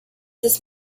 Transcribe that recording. this